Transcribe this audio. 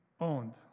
owned